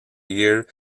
year